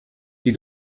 die